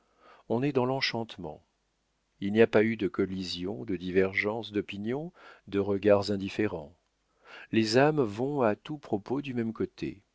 on est dans l'enchantement il n'y a pas eu de collision de divergences d'opinions de regards indifférents les âmes vont à tout propos du même côté